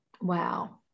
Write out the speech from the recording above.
Wow